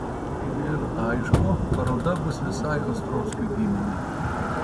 ir aišku paroda bus visai ostrovskių giminei